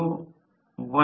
153 होईल तर 0